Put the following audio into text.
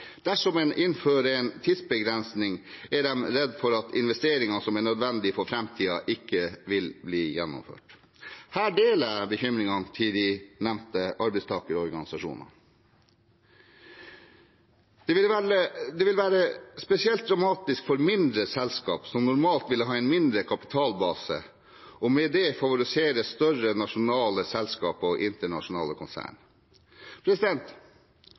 Dersom en innfører en tidsbegrensning, er de redd for at investeringer som er nødvendige for framtiden, ikke vil bli gjennomført. Her deler jeg bekymringen til de nevnte arbeidstakerorganisasjonene. Det vil være spesielt dramatisk for mindre selskaper, som normalt vil ha en mindre kapitalbase, og med det favorisere større nasjonale selskaper og internasjonale konsern.